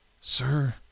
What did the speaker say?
Sir